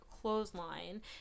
clothesline